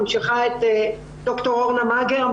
ממשיכה את ד"ר אורנה מגר,